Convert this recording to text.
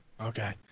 Okay